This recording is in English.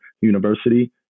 University